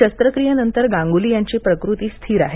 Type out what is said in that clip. शस्त्रक्रियेनंतर गांगुली यांची प्रकृती स्थिर आहे